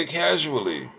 casually